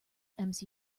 equals